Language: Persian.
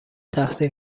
تحصیل